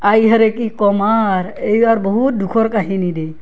আই হাৰে কি ক'ম আৰ এইবাৰ বহুত দুখৰ কাহিনী দেই